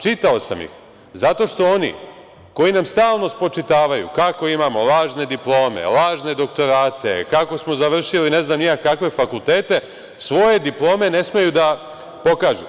Čitao sam ih zato što oni, koji nam stalno spočitavaju kako imamo lažne diplome, lažne doktorate, kako smo završili ne znam ni ja kakve fakultete, svoje diplome ne smeju da pokažu.